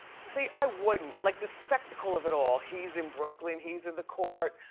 see, i wouldn't. like the spectacle of it all. he's in brooklyn, he's in the court,